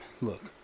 Look